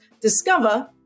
Discover